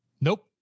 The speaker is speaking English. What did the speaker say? Nope